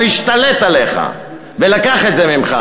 הוא השתלט עליך ולקח את זה ממך.